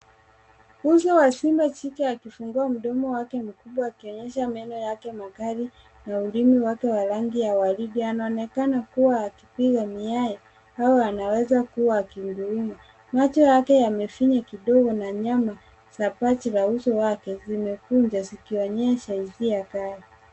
Uso wa simba jike akifungua mdomo wake mkubwa akionyesha meno yake makali na ulimi wake wa rangi ya waridi. Anaonekana kuwa akipiga miayo au anaweza kuwa akihudumiwa. Macho yake, yamefinya kidogo na nyama za paji la uso wake, zimekunja zikionyesha hisia kali.